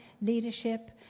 leadership